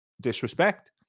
disrespect